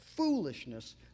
foolishness